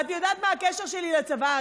את יודעת מה הקשר שלי לצבא.